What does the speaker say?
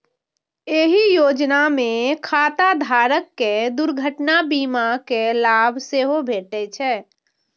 एहि योजना मे खाता धारक कें दुर्घटना बीमा के लाभ सेहो भेटै छै